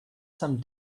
some